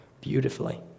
beautifully